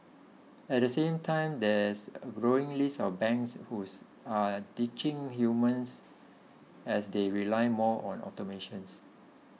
at the same time there's a growing list of banks whose are ditching humans as they rely more on automations